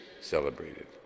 celebrated